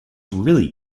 really